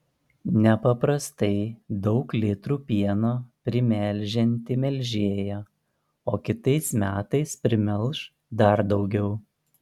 nepaprastai daug litrų pieno primelžianti melžėja o kitais metais primelš dar daugiau